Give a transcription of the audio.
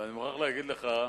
ואני מוכרח להגיד לך,